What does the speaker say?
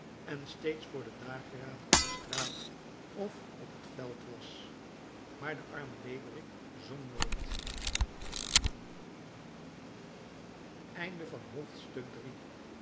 en steeds vr den dageraad op de straat of op het veld was maar de arme leeuwerik zong nooit